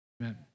Amen